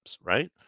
Right